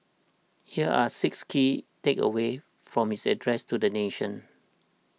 here are six key takeaways from his address to the nation